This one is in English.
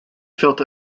felt